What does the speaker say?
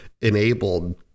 enabled